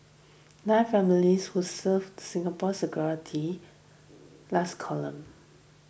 nine families who served Singapore's security last column